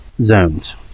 zones